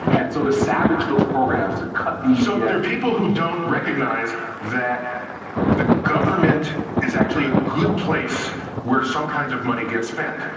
and so to savage those programs, to cut the epa so they're people who don't recognize that the government is actually a good place where some kinds of money gets spent.